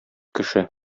кеше